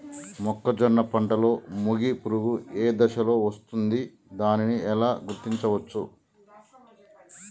మొక్కజొన్న పంటలో మొగి పురుగు ఏ దశలో వస్తుంది? దానిని ఎలా గుర్తించవచ్చు?